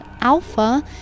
Alpha